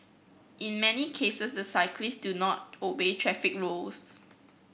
in many cases the cyclist do not obey traffic rules